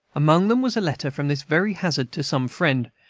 among them was a letter from this very hazard to some friend,